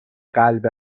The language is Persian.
قلب